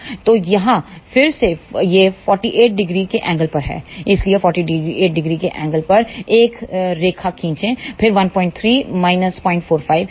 तो यहाँ फिर से यह 48 0 के एंगल पर है इसलिए 480 के एंगल पर एक रेखा खींचें फिर 13 045